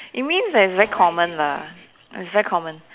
it means that it's very common lah it's very common